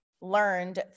learned